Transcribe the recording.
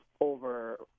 over